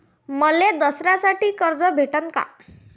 मले दसऱ्यासाठी कर्ज भेटन का?